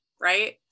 Right